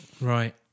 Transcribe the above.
Right